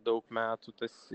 daug metų tas